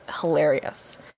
hilarious